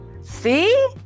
See